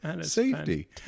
safety